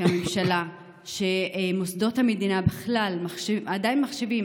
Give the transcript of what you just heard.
הממשלה ומוסדות המדינה בכלל עדיין מחשיבים